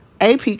AP